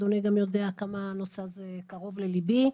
אדוני גם יודע כמה הנושא הזה קרוב לליבי.